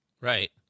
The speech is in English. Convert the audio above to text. Right